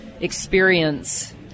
experience